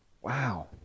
Wow